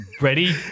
ready